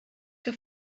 que